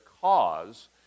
cause